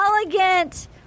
elegant